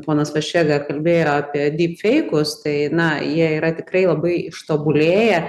ponas vaščega kalbėjo apie dyp feikus na jie yra tikrai labai ištobulėję